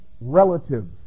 relative